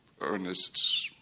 earnest